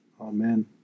Amen